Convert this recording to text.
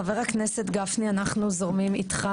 חבר הכנסת גפני אנחנו זורמים איתך,